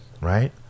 Right